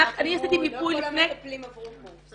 אני עשיתי מיפוי לפני -- לא כל המטפלים עברו קורס.